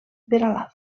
peralada